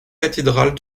cathédrale